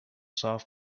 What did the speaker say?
soft